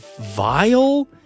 vile